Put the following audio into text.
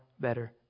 better